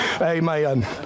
amen